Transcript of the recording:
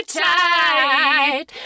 tight